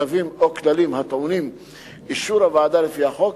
צווים או כללים הטעונים אישור הוועדה לפי החוק,